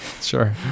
sure